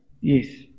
yes